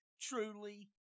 truly